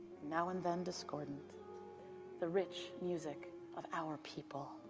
now and then discordant the rich music of our people.